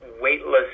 weightless